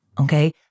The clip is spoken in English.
Okay